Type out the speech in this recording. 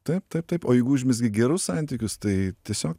taip taip taip o jeigu užmezgi gerus santykius tai tiesiog